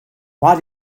why